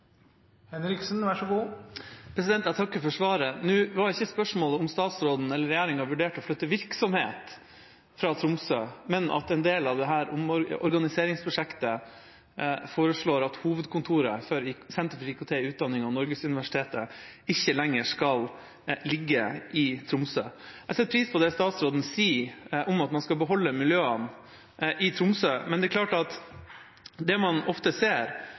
Jeg takker for svaret. Nå var ikke spørsmålet om statsråden eller regjeringa vurderer å flytte virksomhet fra Tromsø, men at en del av dette omorganiseringsprosjektet foreslår at hovedkontorene til Senter for IKT i utdanningen og Norgesuniversitetet ikke lenger skal ligge i Tromsø. Jeg setter pris på det statsråden sier om at man skal beholde miljøene i Tromsø, men det er klart at det man ofte ser,